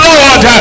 Lord